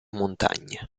montagna